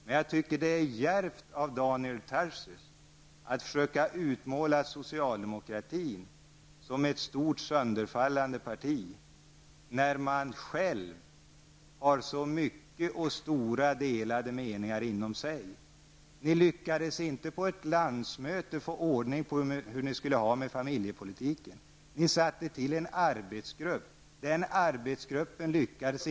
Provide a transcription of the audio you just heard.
Men jag tycker att det är djärvt av Daniel Tarschys att försöka utmåla socialdemokratin som ett stort sönderfallande parti när man själv i så stor utsträckning har delade meningar. På ett landsmöte lyckades ni inte få ordning på familjepolitiken. Ni satte till en arbetsgrupp, men inte heller den lyckades.